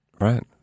Right